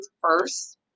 First